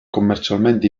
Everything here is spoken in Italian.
commercialmente